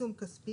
עיצום כספי,